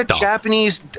Japanese